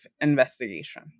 investigation